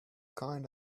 kind